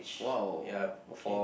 !wow! okay